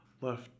left